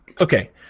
Okay